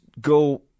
go